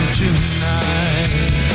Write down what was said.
tonight